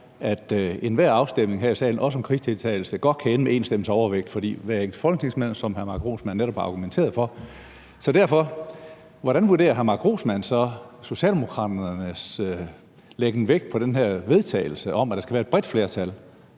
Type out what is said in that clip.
at enhver afstemning her i salen, også om krigsdeltagelse, godt kan ende med én stemmes overvægt, fordi hvert enkelt folketingsmedlem, som hr. Mark Grossmann netop har argumenteret for, har en stemme. Hvordan vurderer hr. Mark Grossmann så Socialdemokraternes læggen vægt på den her vedtagelsestekst om, at der skal være et bredt flertal,